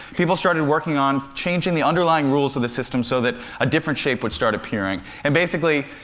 people started working on changing the underlying rules of the system so that a different shape would start appearing. and basically,